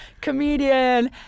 comedian